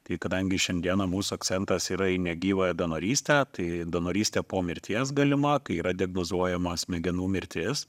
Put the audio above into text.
tai kadangi šiandieną mūsų akcentas yra į negyvą donorystę tai donorystė po mirties galima kai yra diagnozuojama smegenų mirtis